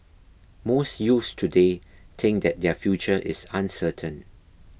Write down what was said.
most youths today think that their future is uncertain